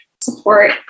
support